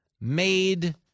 made